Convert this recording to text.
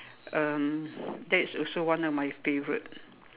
um that's also one of my favorite